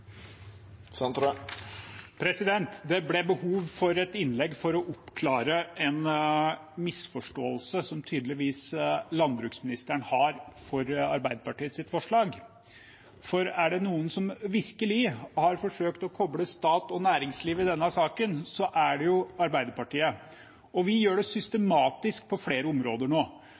Det ble behov for et innlegg for å oppklare en misforståelse som landbruksministeren tydeligvis har av Arbeiderpartiets forslag. Er det noen som virkelig har forsøkt å koble stat og næringsliv i denne saken, er det Arbeiderpartiet. Og vi gjør det systematisk på